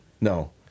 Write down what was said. No